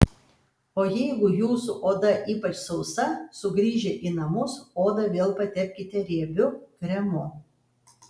o jeigu jūsų oda ypač sausa sugrįžę į namus odą vėl patepkite riebiu kremu